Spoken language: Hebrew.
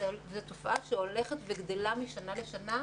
זאת תופעה שהולכת וגדלה משנה לשנה.